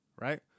right